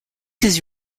was